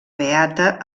beata